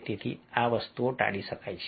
તેથી આ વસ્તુઓ ટાળી શકાય છે